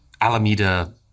alameda